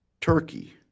Turkey